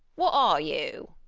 wot are you?